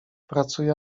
pracuje